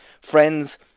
friends